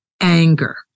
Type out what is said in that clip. anger